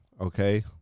okay